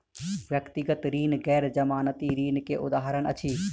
व्यक्तिगत ऋण गैर जमानती ऋण के उदाहरण अछि